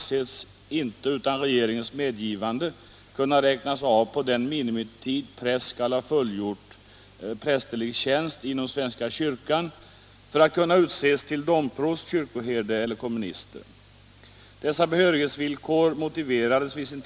Det är enligt min uppfattning en otillfredsställande och obefogad begränsning i behörigheten att söka dessa tjänster, i all synnerhet som tjänst som sjömanspräst inom svenska kyrkan vid tjänsteårsberäkning i merithänseende skall vara likvärdig annan prästerlig tjänst inom svenska kyrkan.